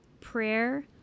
prayer